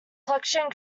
collection